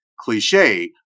cliche